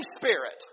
Spirit